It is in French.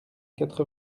quatre